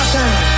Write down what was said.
Time